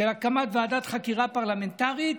של הקמת ועדת חקירה פרלמנטרית,